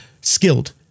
skilled